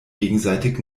gegenseitig